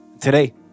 today